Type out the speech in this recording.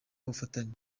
ubufatanye